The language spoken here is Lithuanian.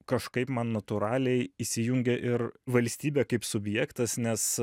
kažkaip man natūraliai įsijungia ir valstybė kaip subjektas nes